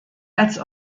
als